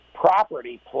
property